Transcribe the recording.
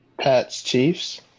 Pats-Chiefs